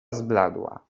zbladła